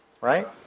Right